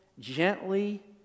Gently